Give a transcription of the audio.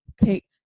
take